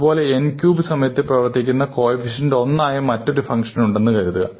അതേപോലെ n cube സമയത്തിൽ പ്രവർത്തിക്കുന്ന കോഎഫിഷ്യന്റ് 1 ആയ മറ്റൊരു ഫംഗ്ഷൻ ഉണ്ടെന്ന് കരുതുക